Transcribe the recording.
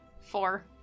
Four